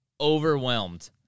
overwhelmed